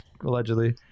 allegedly